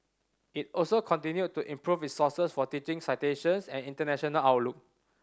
it also continued to improve its scores for teaching citations and international outlook